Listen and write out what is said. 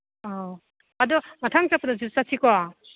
ꯑꯧ ꯑꯗꯨ ꯃꯊꯪ ꯆꯠꯄꯗꯁꯨ ꯆꯠꯁꯤꯀꯣ